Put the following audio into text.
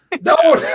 No